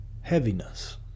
heaviness